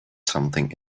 something